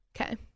Okay